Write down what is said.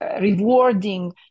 rewarding